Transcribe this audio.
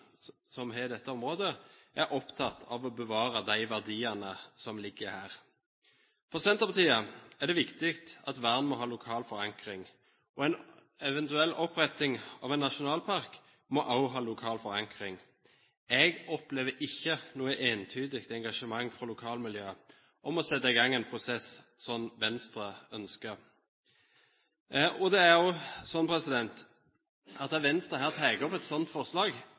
kommunene i dette området er opptatt av å bevare de verdiene som ligger her. For Senterpartiet er det viktig at vern må ha lokal forankring, og en eventuell oppretting av en nasjonalpark må også ha lokal forankring. Jeg opplever ikke noe entydig engasjement fra lokalmiljøet om å sette i gang en prosess sånn Venstre ønsker. Venstre tar opp et slikt forslag før det er gjort lokale vedtak om det. Jeg mener at